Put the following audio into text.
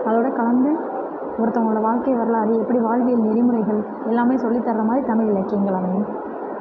அதோட கலந்து ஒருத்தவங்களோட வாழ்க்கை வரலாறு எப்படி வாழ்வியல் நெறிமுறைகள் எல்லாமே சொல்லி தர்ற மாதிரி தமிழ் இலக்கியங்கள் அமையும்